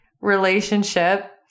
relationship